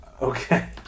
Okay